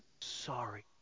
sorry